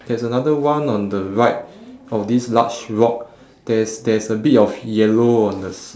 there's another one on the right of this large rock there's there's a bit of yellow on the s~